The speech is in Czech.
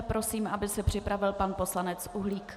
Prosím, aby se připravil pan poslanec Uhlík.